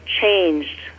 changed